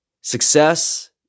success